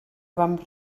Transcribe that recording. vam